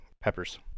peppers